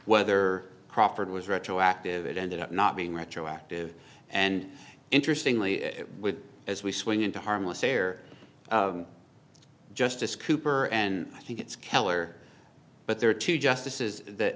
whether crawford was retroactive it ended up not being retroactive and interestingly it would as we swing into harmless fair justice cooper and i think it's keller but there are two justices that